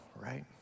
right